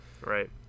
Right